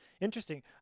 interesting